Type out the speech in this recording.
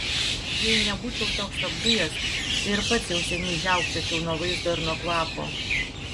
jei nebūčiau toks apdujęs tai ir pats jau seniai žiaukčiočiau ir nuo vaizdo ir nuo kvapo